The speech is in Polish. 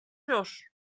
już